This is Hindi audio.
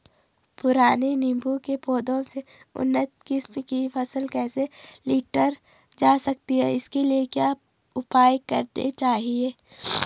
पुराने नीबूं के पौधें से उन्नत किस्म की फसल कैसे लीटर जा सकती है इसके लिए क्या उपाय करने चाहिए?